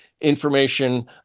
information